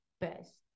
best